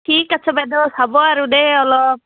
ঠিক আছে বাইদেউ চাব আৰু দেই অলপ